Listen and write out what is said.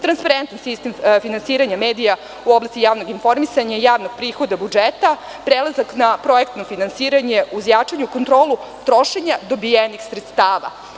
Transparentni sistem finansiranja medija u oblasti javnog informisanja i javnog prihoda budžeta, prelazak na projektno finansiranje uz jačanje kontrolu trošenja dobijenih sredstava.